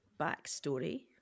backstory